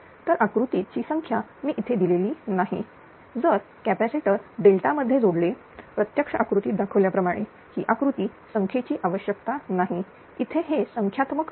तर आकृतीची संख्या मी इथे दिलेली नाही जर कॅपॅसिटर डेल्टा मध्ये जोडले प्रत्यक्ष आकृतीत दाखवल्याप्रमाणे ही आकृती संख्येची आवश्यकता नाही इथे हे संख्यात्मक असल्यामुळे